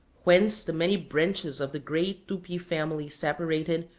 whence the many branches of the great tupi family separated,